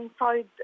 inside